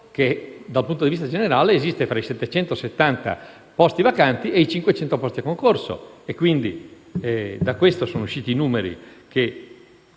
che, dal punto di vista generale, esiste tra i 770 posti vacanti e i 500 posti a concorso. Così si sono determinati i numeri, che